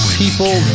people